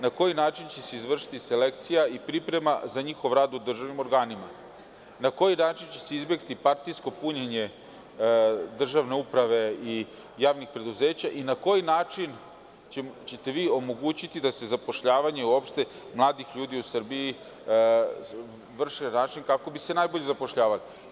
Na koji način će se izvršiti selekcija i priprema za njihov rad u državnim organima, na koji način će se izvršiti partijsko punjenje državne uprave i javnih preduzeća i na koji način ćete vi omogućiti zapošljavanje mladih ljudi u Srbiji da se vrši na način kako bi se najbolje zapošljavali?